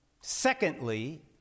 Secondly